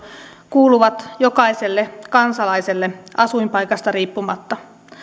kuuluvat jokaiselle kansalaiselle asuinpaikasta riippumatta